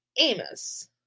amos